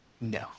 No